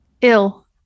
ill